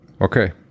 Okay